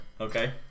Okay